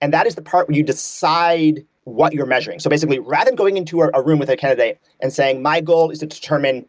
and that is the part when you decide what you're measuring. so basically, rather than going into ah a room with a candidate and saying, my goal is to determine